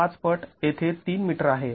५ पट येथे ३ मीटर आहे